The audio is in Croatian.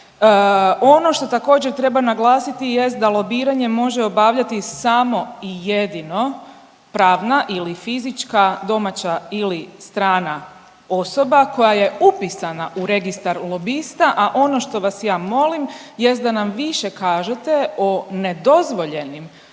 Ono što također treba naglasiti jest da lobiranje može obavljati samo i jedino pravna ili fizička domaća ili strana osoba koja je upisana u registar lobista, a ono što vas ja molim jest da nam više kažete o nedozvoljenim